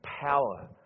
power